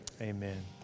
amen